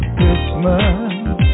Christmas